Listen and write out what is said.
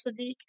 Sadiq